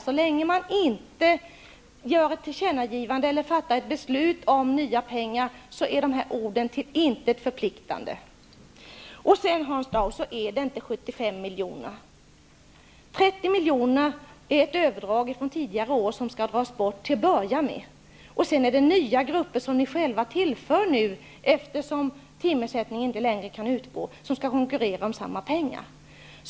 Så länge det inte görs ett tillkännagivande eller fattas ett beslut om nya pengar, är de orden till intet förpliktande. Det är inte fråga om 75 milj.kr., Hans Dau. 30 milj.kr. utgör ett överdrag sedan tidigare år som till att börja med skall dras bort. Sedan kommer det nya grupper, som ni själva tillför eftersom timersättningen inte längre kan utgå, som skall konkurrera om samma pengar.